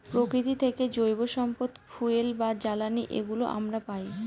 প্রকৃতি থেকে জৈব সম্পদ ফুয়েল বা জ্বালানি এগুলো আমরা পায়